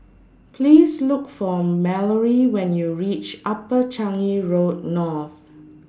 Please Look For Malorie when YOU REACH Upper Changi Road North